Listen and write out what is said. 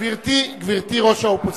גברתי ראש האופוזיציה,